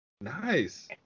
Nice